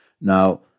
now